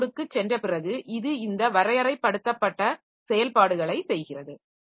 kernel மோடுக்குச் சென்ற பிறகு இது இந்த வறையரைப்படுத்தப்பட்ட செயல்பாடுகளை செய்கிறது